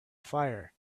fire